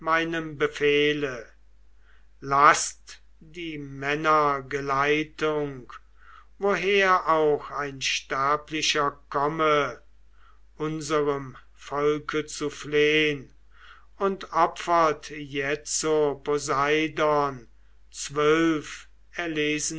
befehle laßt die männergeleitung woher auch ein sterblicher komme unserem volke zu flehn und opfert jetzo poseidon zwölf erlesene